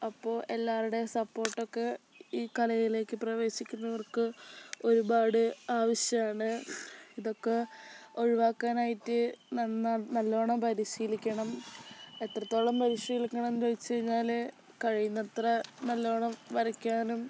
അപ്പോൾ എല്ലാവരുടേയും സപ്പോർട്ടൊക്കെ ഈ കലയിലേക്ക് പ്രവേശിക്കുന്നവർക്ക് ഒരുപാട് ആവശ്യമാണ് ഇതൊക്കെ ഒഴിവാക്കാനായിട്ട് നല്ലോണം പരിശീലിക്കണം എത്രത്തോളം പരിശീലിക്കണം ചോദിച്ച് കഴിഞ്ഞാല് കഴിയുന്നത്ര നല്ലോണം വരയ്ക്കാനും